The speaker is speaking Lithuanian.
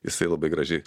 jisai labai gražiai